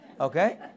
okay